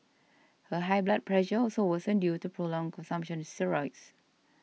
her high blood pressure also worsened due to prolonged consumption of steroids